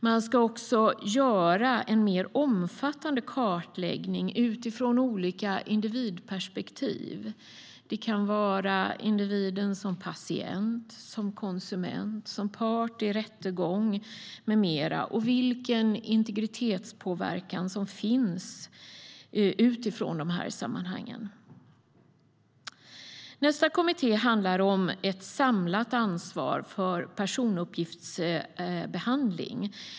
Man ska också göra en mer omfattande kartläggning utifrån olika individperspektiv. Det kan handla om individen som patient, som konsument, som part i rättegång med mera och vilken integritetspåverkan som finns utifrån de sammanhangen. Nästa kommitté handlar om ett samlat ansvar för personuppgiftsbehandling.